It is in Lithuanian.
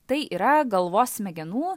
tai yra galvos smegenų